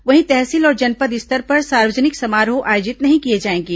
वहीं तहसील और जनपद स्तर पर सार्वजनिक समारोह आयोजित नहीं किए जाएंगे